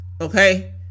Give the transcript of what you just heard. okay